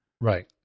Right